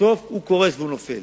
ובסוף הוא קורס והוא נופל.